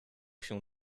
się